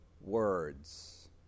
words